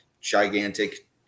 gigantic